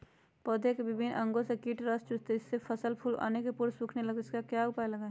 पौधे के विभिन्न अंगों से कीट रस चूसते हैं जिससे फसल फूल आने के पूर्व सूखने लगती है इसका क्या उपाय लगाएं?